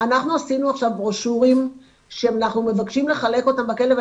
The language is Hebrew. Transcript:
אנחנו עשינו עכשיו ברושורים שאנחנו מבקשים לחלק אותם בכלא.